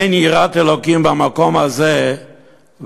אומר: רק אין יראת אלוקים במקום הזה והרגוני.